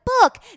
book